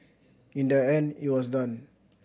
in the end it was done